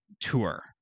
tour